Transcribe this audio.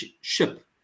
ship